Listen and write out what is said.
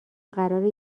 قراره